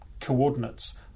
coordinates